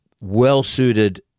well-suited